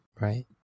right